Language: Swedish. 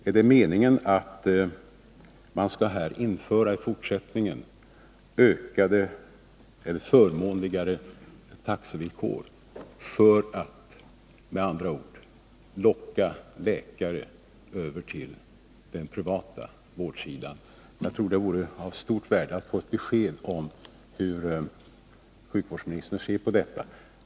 Är det meningen att det i fortsättningen skall införas förmånligare taxevillkor för att med andra ord locka läkare över till den privata vårdsidan? Jag tror att det vore av stort värde om vi kunde få ett besked om hur sjukvårdsministern ser på detta.